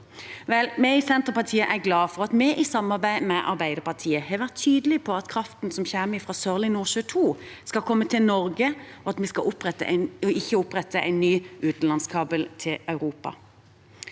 vi i Senterpartiet er glad for at vi i samarbeid med Arbeiderpartiet har vært tydelig på at kraften som kommer fra Sørlige Nordsjø II, skal komme til Norge, og at vi ikke skal opprette en ny utenlandskabel til Europa.